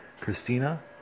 Christina